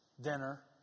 dinner